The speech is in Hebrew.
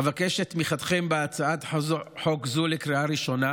אבקש את תמיכתכם בהצעת חוק זו לקריאה ראשונה.